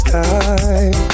time